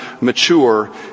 mature